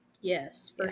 Yes